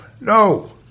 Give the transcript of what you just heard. no